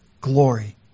glory